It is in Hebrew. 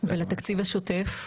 ולתקציב השוטף?